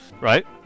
Right